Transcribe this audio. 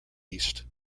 east